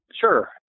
Sure